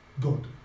God